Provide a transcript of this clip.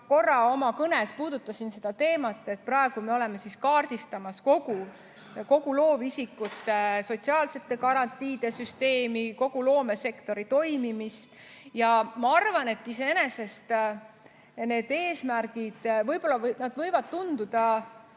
korra oma kõnes puudutasin seda teemat, et praegu me oleme kaardistamas kogu loovisikute sotsiaalsete garantiide süsteemi, kogu loomesektori toimimist. Ma arvan, et iseenesest need eesmärgid võivad tunduda